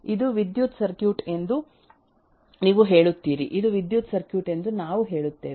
ಇದು ವಿದ್ಯುತ್ ಸರ್ಕ್ಯೂಟ್ ಎಂದು ನೀವು ಹೇಳುತ್ತೀರಿ ಇದು ವಿದ್ಯುತ್ ಸರ್ಕ್ಯೂಟ್ ಎಂದು ನಾವು ಹೇಳುತ್ತೇವೆ